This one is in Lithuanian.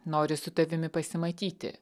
nori su tavimi pasimatyti